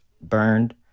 burned